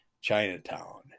Chinatown